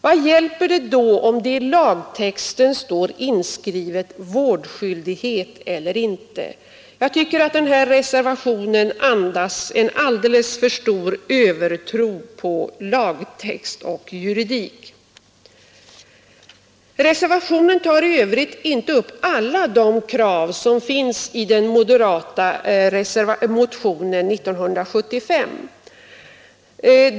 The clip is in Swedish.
Vad ”vårdskyldighet” stor övertro på lagtext och juridik. Reservationen tar i övrigt inte upp alla de krav som finns i den moderata motionen 1975.